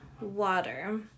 water